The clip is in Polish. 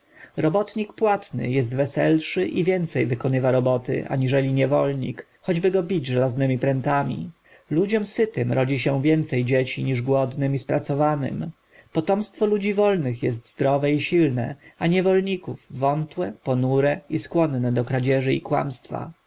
robotnik płatny jest weselszy i więcej wykonywa roboty aniżeli niewolnik choćby go bić żelaznemi prętami ludziom sytym rodzi się więcej dzieci niż głodnym i spracowanym potomstwo ludzi wolnych jest zdrowe i silne a niewolników wątłe ponure i skłonne do kradzieży i kłamstwa